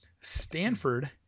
Stanford